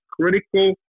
critical